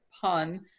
pun